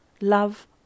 love